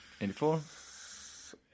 84